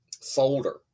folder